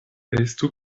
estu